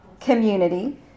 community